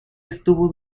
estuvo